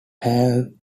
have